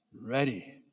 Ready